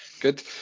Good